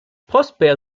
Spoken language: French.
prosper